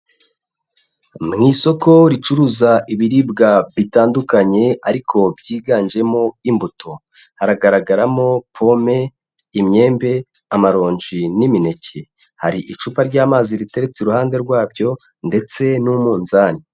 Mu isoko ricuruza ibiribwa bitandukanye ariko byiganjemo imbuto, haragaragaramo pome, imyembe, amaronji n'imineke, hari icupa ry'amazi riteretse iruhande rwabyo ndetse n'umunzani.